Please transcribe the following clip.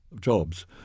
jobs